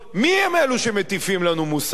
מי הם אלה שמטיפים לנו מוסר?